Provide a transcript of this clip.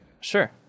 Sure